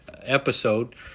episode